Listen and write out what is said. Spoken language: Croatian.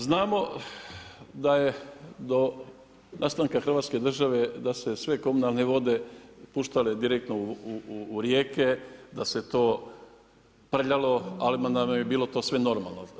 Znamo da je do nastanka Hrvatske države da su se sve komunalne vode puštale direktno u rijeke, da se to prljalo, ali onda nam je to bilo sve normalno.